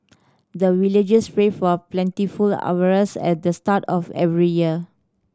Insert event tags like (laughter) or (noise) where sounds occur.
the villagers pray for plentiful (unintelligible) at the start of every year